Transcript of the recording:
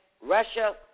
Russia